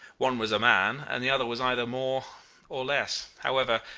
one was a man, and the other was either more or less. however,